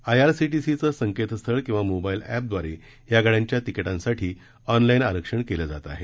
आयआरसीटीसीचं संकेतस्थळ किंवा मोबाइल अपदवारे या गाड्यांच्या तिकिटांसाठी ऑनलाईन आरक्षण केलं जात आहे